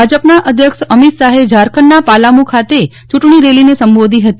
ભાજપના અધ્યક્ષ અમિત શાહે ઝારખંડના પાલામુ ખાતે ચૂંટણી રેલીને સંબોધી હતી